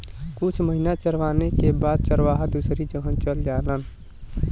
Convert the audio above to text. कुछ महिना चरवाले के बाद चरवाहा दूसरी जगह चल जालन